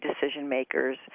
decision-makers